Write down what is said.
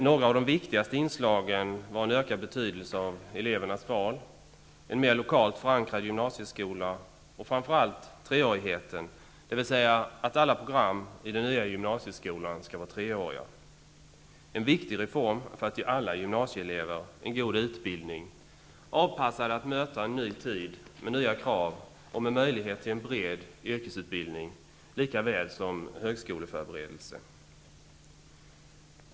Några av de viktigaste inslagen var en ökad betydelse av elevernas val, en mer lokalt förankrad gymnasieskola och framför allt treårigheten, dvs. att alla program i den nya gymnasieskolan skall vara treåriga -- en viktig reform för att ge alla gymnasieelever en god utbildning, avpassad att möta en ny tid med nya krav och med möjlighet till en bred yrkesutbildning lika väl som högskoleförberedelse.